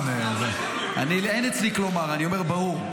אין אצלי "כלומר", אני אומר ברור.